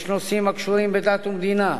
יש נושאים הקשורים בדת ומדינה,